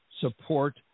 support